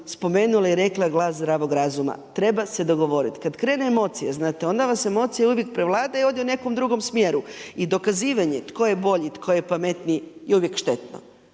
spomenula i rekla glas zdravog razuma. Treba se dogovoriti. Kad krenu emocije, znate onda vas emocije uvijek prevladaju i odu u nekom drugom smjeru i dokazivanju, tko je bolji, tko je pametnije je uvijek štetno.